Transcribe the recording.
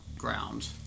ground